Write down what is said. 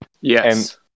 Yes